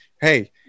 hey